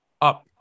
up